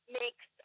makes